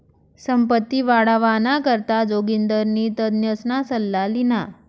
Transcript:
संपत्ती वाढावाना करता जोगिंदरनी तज्ञसना सल्ला ल्हिना